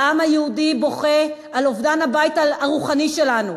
העם היהודי בוכה על אובדן הבית הרוחני שלנו.